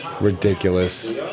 ridiculous